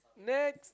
next